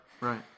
right